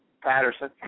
Patterson